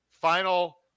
final